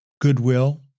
goodwill